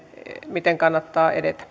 miten kannattaa edetä